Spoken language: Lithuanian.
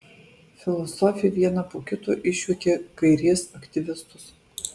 filosofė vieną po kito išjuokė kairės aktyvistus